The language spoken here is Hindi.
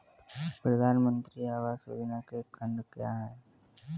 प्रधानमंत्री आवास योजना के खंड क्या हैं?